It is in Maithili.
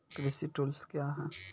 कृषि टुल्स क्या हैं?